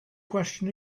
question